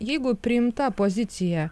jeigu priimta pozicija